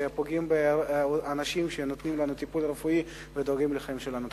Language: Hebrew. שפוגעים באנשים שנותנים לנו טיפול רפואי ודואגים לחיים שלנו.